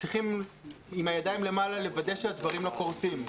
צריכים עם הידיים למעלה לוודא שהדברים לא קורסים.